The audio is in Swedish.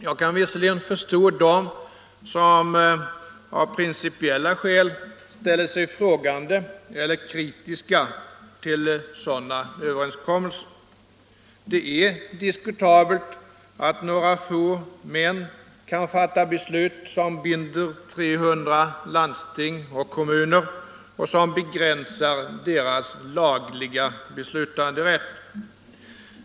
Jag kan visserligen förstå dem som av principiella skäl ställer sig frågande eller kritiska till sådana överenskommelser. Det är diskutabelt att några få män kan fatta beslut som binder 300 landsting och kommuner och som begränsar deras lagliga beslutanderätt.